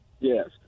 Yes